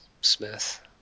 Smith